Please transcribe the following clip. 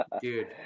dude